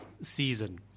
season